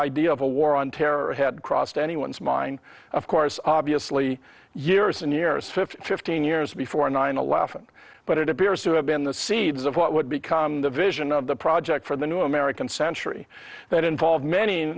idea of a war on terror had crossed anyone's mind of course obviously years and years fifteen years before nine eleven but it appears to have been the seeds of what would become the vision of the project for the new american century that involved many